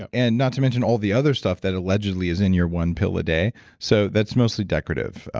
ah and not to mention all the other stuff that allegedly is in your one pill a day so that's mostly decorative,